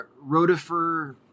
rotifer